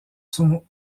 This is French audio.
sont